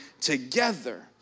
together